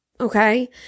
Okay